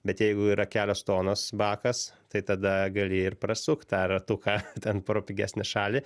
bet jeigu yra kelios tonos bakas tai tada gali ir prasukt tą ratuką ten pro pigesnę šalį